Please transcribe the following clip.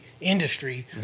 industry